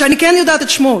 שאני כן יודעת את שמו,